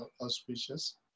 auspicious